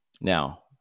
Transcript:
Now